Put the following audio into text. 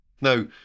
Now